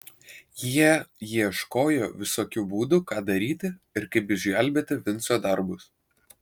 jie ieškojo visokių būdų ką daryti ir kaip išgelbėti vinco darbus